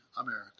America